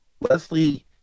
Leslie